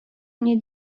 mnie